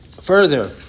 Further